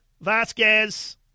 vasquez